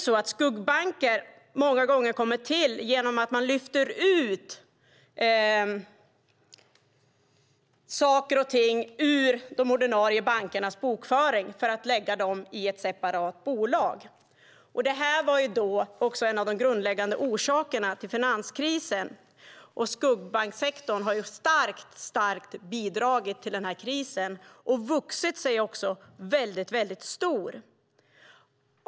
Skuggbanker kommer många gånger till genom att man lyfter ut saker och ting ur de ordinarie bankernas bokföring för att lägga dem i ett separat bolag. Det var också en av de grundläggande orsakerna till finanskrisen. Och skuggbanksektorn har starkt bidragit till krisen och också vuxit sig väldigt stor.